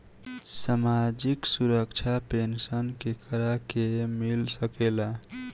सामाजिक सुरक्षा पेंसन केकरा के मिल सकेला?